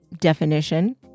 definition